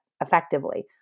effectively